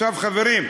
עכשיו, חברים,